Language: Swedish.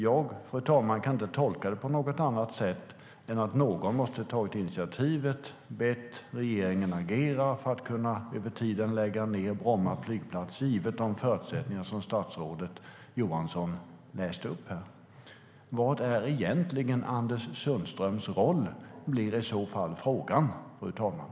Jag kan, fru talman, inte tolka det på något annat sätt än att någon måste ha tagit initiativ och bett regeringen agera för att över tid kunna lägga ned Bromma flygplats, givet de förutsättningar som statsrådet Johansson läste upp.